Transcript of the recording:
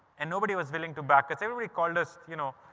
and nobody was willing to back as everybody called us, you know,